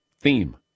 theme